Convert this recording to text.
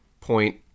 point